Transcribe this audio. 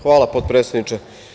Hvala, potpredsedniče.